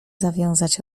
zawiązać